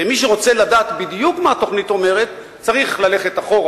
ומי שרוצה לדעת בדיוק מה התוכנית אומרת צריך ללכת אחורה,